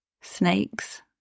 Snakes